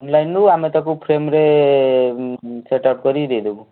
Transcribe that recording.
ଅନଲାଇନ୍ରୁ ଆମେ ତାକୁ ଫ୍ରେମ୍ରେ ସେଟ୍ଅପ୍ କରି ଦେଇଦେବୁ